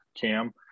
Cam